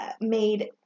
made